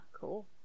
Cool